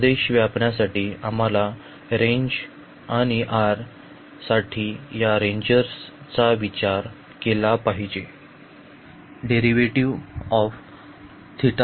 प्रदेश व्यापण्यासाठी आम्हाला रेंज आणि r साठी या रेंजर्स चा विचार केला पाहिजे